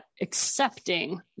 accepting